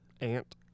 Ant